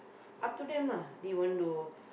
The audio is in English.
up to them ah they want to